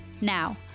Now